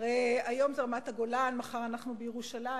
הרי היום זה רמת-הגולן, מחר אנחנו בירושלים.